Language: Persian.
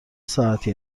ساعتی